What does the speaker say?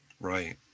right